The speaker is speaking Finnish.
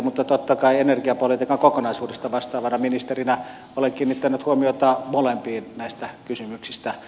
mutta totta kai energiapolitiikan kokonaisuudesta vastaavana ministerinä olen kiinnittänyt huomiota molempiin näistä kysymyksistä